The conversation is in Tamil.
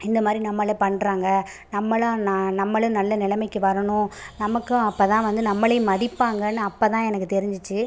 இந்தமாதிரி நம்மளை பண்ணுறாங்க நம்மளும் ந நம்மளும் நல்ல நிலமைக்கு வரணும் நமக்கும் அப்போ தான் வந்து நம்மளையும் மதிப்பாங்கன்னு அப்போ தான் எனக்கு தெரிஞ்சுச்சி